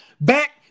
back